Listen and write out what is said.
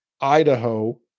Idaho